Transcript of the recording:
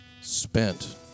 Spent